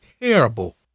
terrible